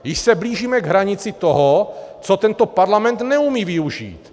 Již se blížíme k hranici toho, co tento parlament neumí využít.